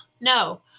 no